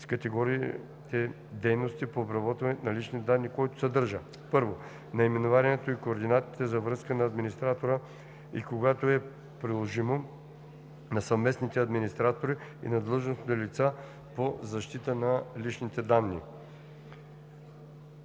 с категориите дейности по обработване на лични данни, който съдържа: 1. наименованието и координатите за връзка на администратора, и когато е приложимо, на съвместните администратори и на длъжностното лице по защита на данните; 2.